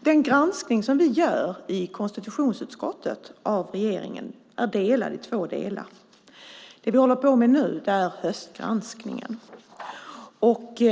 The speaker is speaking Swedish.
Den granskning av regeringen som vi gör i konstitutionsutskottet är delad i två delar. Det vi håller på med nu är höstgranskningen, och